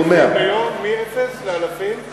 אז אני אומר, מאפס לאלפים.